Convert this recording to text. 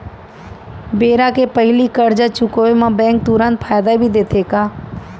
बेरा के पहिली करजा चुकोय म बैंक तुरंत फायदा भी देथे का?